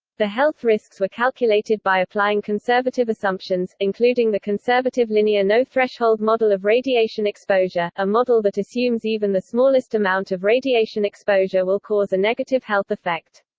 the health risks were calculated by applying conservative assumptions, including the conservative linear no-threshold model of radiation exposure, a model that assumes even the smallest amount of radiation exposure will cause a negative health effect.